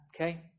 Okay